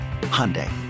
Hyundai